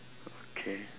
okay